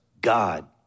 God